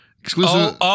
exclusive